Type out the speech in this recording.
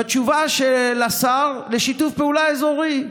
בתשובה של השר לשיתוף פעולה אזורי.